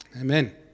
Amen